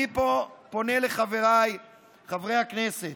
אני פה פונה לחבריי חברי הכנסת,